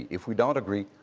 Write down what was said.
if we don't agree,